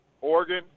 Oregon